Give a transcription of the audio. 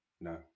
No